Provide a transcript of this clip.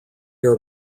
are